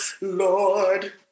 Lord